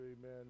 amen